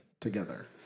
together